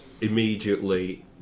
Immediately